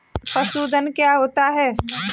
पशुधन क्या होता है?